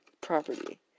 property